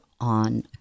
on